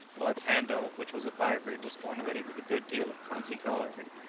while its handle, which was of ivory, was ornamented with a good deal of clumsy carving.